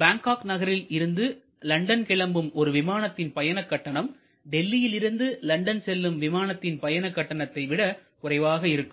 Bangkok நகரில் இருந்து London கிளம்பும் ஒரு விமானத்தின் பயண கட்டணம் டெல்லியில் இருந்து லண்டன் செல்லும் விமானத்தின் பயண கட்டணத்தை விட குறைவாக இருக்கும்